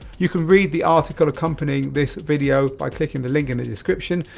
you can read the article accompanying this video by clicking the link in the description.